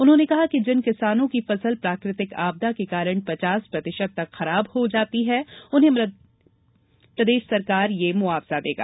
उन्होंने कहा कि जिन किसानों की फसल प्राकृतिक आपदा के कारण पचास प्रतिशत तक खराब हो जाती है उन्हें प्रदेश सरकार यह मुआवजा देगी